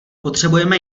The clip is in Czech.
potřebujeme